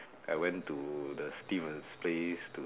I went to the Steven's place to